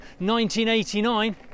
1989